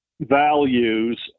values